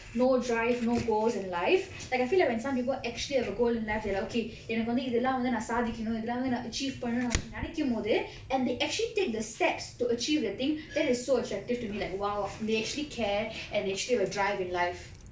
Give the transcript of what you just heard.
no drive no goals in life like I feel like when some people actually have a goal in life they are like okay எனக்கு வந்து இதலாம் வந்து நான் சாதிக்கணும் இதலாம் வந்து நா:enakku vanthu idelam vanthu nan sathikkanum idelam vanthu na achieve பண்ணனும் நாம வந்து நெனைக்கும் போது:pannanum nama vanthu nenaikkum pothu and they actually take the steps to achieve the thing that is so attractive to me like !wow! they actually care and they actually have a drive in life